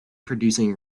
producing